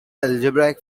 algebraic